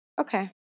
Okay